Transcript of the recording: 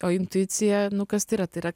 o intuicija nu kas tai yra tai yra